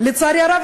לצערי הרב,